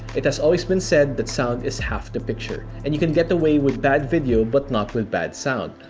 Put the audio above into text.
it has always always been said, that sound is half the picture, and you can get away with bad video, but not with bad sound.